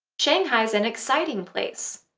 shanghai's an exciting place,